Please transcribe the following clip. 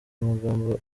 magambo